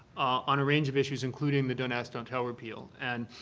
on a range of issues including the don't ask, don't tell repeal. and,